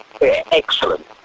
excellent